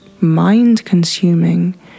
mind-consuming